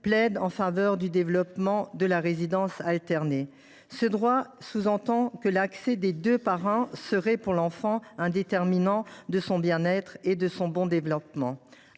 plaide en faveur du développement de la résidence alternée. Ce droit sous entend que l’accès à ses deux parents serait, pour l’enfant, un déterminant de son bien être et de son bon développement.